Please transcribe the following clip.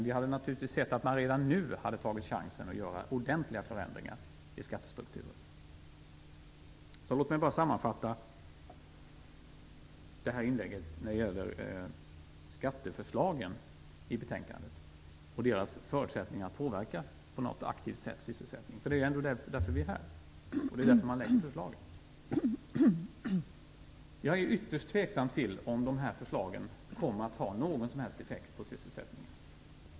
Vi hade naturligtvis sett att man redan nu hade tagit chansen att göra ordentliga förändringar i skattestrukturen. Låt mig bara sammanfatta det här inlägget när det gäller skatteförslagen i betänkandet och deras förutsättningar att på något aktivt sätt påverka sysselsättningen! Det är ändå därför vi är här. Det är därför som förslagen läggs fram. Jag är ytterst tveksam till att dessa förslag kommer att ha någon som helst effekt på sysselsättningen.